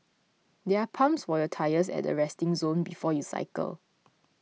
there are pumps for your tyres at the resting zone before you cycle